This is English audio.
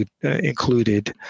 included